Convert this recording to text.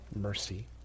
mercy